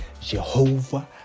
Jehovah